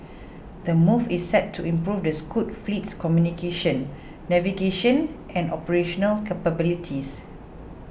the move is set to improve the Scoot fleet's communication navigation and operational capabilities